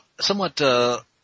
somewhat